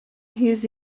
his